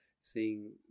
seeing